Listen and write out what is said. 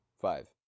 Five